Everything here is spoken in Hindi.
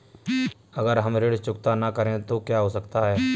अगर हम ऋण चुकता न करें तो क्या हो सकता है?